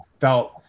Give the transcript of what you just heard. felt